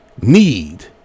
need